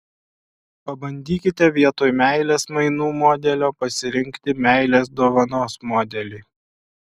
pabandykite vietoj meilės mainų modelio pasirinkti meilės dovanos modelį